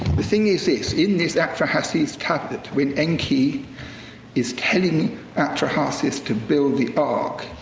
the thing is this. in this atra-hassis tablet, when enki is telling atra-hassis to build the ark,